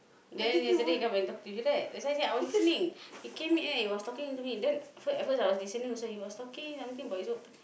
then yesterday he come and talk to you right that's why I say I was listening he came in he was talking to me and then at first I was listening also he was talking something about his work